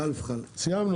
הישיבה